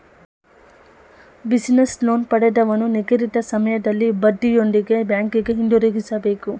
business loan ಪಡೆದವನು ನಿಗದಿತ ಸಮಯದಲ್ಲಿ ಬಡ್ಡಿಯೊಂದಿಗೆ ಬ್ಯಾಂಕಿಗೆ ಹಿಂದಿರುಗಿಸಬೇಕು